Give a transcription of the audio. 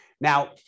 Now